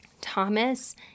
Thomas